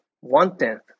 one-tenth